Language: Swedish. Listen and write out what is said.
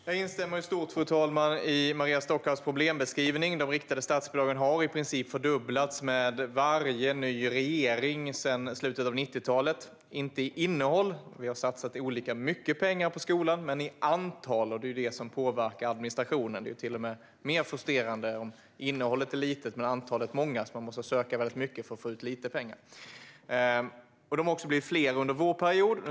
Fru talman! Jag instämmer i stort i Maria Stockhaus problembeskrivning. De riktade statsbidragen har i princip fördubblats med varje ny regering sedan slutet av 90-talet, inte i innehåll - vi har satsat olika mycket pengar på skolan - men i antal, och det är det som påverkar administrationen. Det är till och med mer frustrerande om innehållet är litet men antalet stort, så att man måste söka många olika bidrag för att få ut lite pengar. De riktade statsbidragen har blivit fler även under vår period.